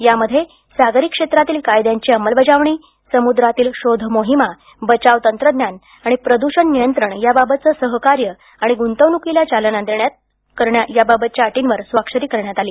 यामध्ये सागरी क्षेत्रातील कायद्यांची अंमलबजावणी समुद्रातील शोधमोहिमा बचाव तंत्रज्ञान आणि प्रद्षण नियंत्रण याबाबतचं सहकार्य आणि गुंतवणुकीला चालना देण्यास मदत करण्याबाबतच्या अटींवर स्वाक्षरी करण्यात आली